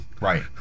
right